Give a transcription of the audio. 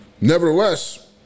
nevertheless